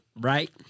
right